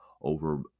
over